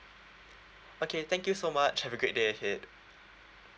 okay thank you so much have a great day ahead